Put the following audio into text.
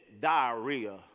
diarrhea